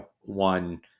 one